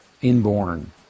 inborn